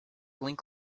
link